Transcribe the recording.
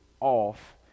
off